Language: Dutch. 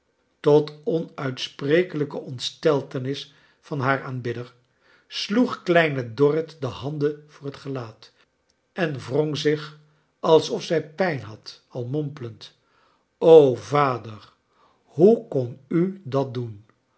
tot onuitsprekelijk ontsteltenis van haar aanbidder sloeg kleine dorrit de handen voor het gelaat en wrong zich alsof zij pijn had ai mompelend o vader hoe kon u dat doen